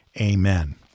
Amen